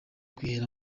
kwihera